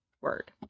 word